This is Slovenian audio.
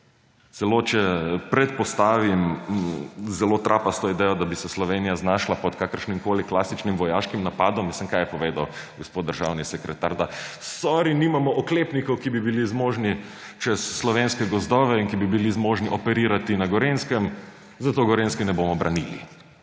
Celo če predpostavim zelo trapasto idejo, da bi se Slovenija znašla pod kakršnimkoli klasičnim vojaškim napadom. Kaj je povedal gospod državni sekretar? Sorry, nimamo oklepnikov, ki bi bili zmožni čez slovenske gozdove in ki bili zmožni operirati na Gorenjskem, zato Gorenjske ne bomo branili.